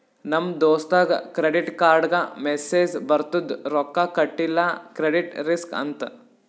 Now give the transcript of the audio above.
ನಮ್ ದೋಸ್ತಗ್ ಕ್ರೆಡಿಟ್ ಕಾರ್ಡ್ಗ ಮೆಸ್ಸೇಜ್ ಬರ್ತುದ್ ರೊಕ್ಕಾ ಕಟಿಲ್ಲ ಕ್ರೆಡಿಟ್ ರಿಸ್ಕ್ ಅಂತ್